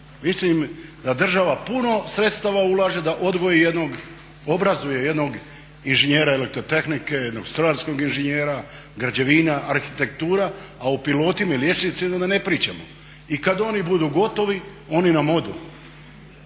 Mislim da država puno sredstava ulaže da odgoji jednog, obrazuje jednog inženjera elektrotehnike, jednog strojarskog inženjera, građevina, arhitektura, a o pilotima i liječnicima da ne pričamo. I kad oni budu gotovi oni nam odu.